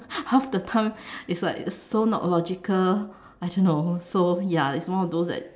half the time it's like so not logical I don't know so ya it's one of those that